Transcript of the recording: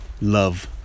Love